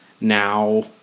Now